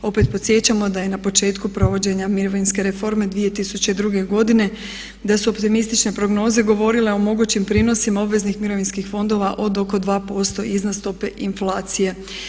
Opet podsjećamo da je na početku provođenja mirovinske reforme 2002.godine, da su optimistične prognoze govorile o mogućim prinosima obveznih mirovinskih fondova od oko 2% iznos stope inflacije.